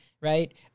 Right